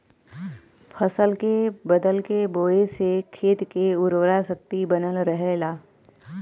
फसल के बदल के बोये से खेत के उर्वरा शक्ति बनल रहला